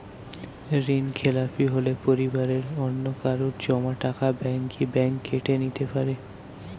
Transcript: ঋণখেলাপি হলে পরিবারের অন্যকারো জমা টাকা ব্যাঙ্ক কি ব্যাঙ্ক কেটে নিতে পারে?